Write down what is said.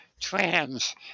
trans